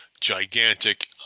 gigantic